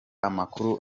amakuru